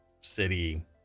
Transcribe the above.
city